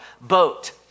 boat